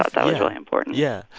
ah that was really important yeah.